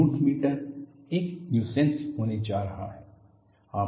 root meter एक nuisance होने जा रहा है